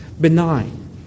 benign